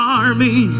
army